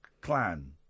clan